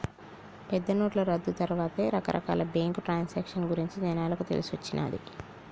పెద్దనోట్ల రద్దు తర్వాతే రకరకాల బ్యేంకు ట్రాన్సాక్షన్ గురించి జనాలకు తెలిసొచ్చిన్నాది